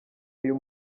uyu